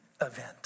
event